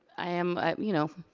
i am, you know.